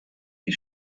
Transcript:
die